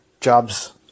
jobs